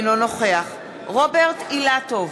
אינו נוכח רוברט אילטוב,